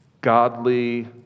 Godly